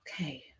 okay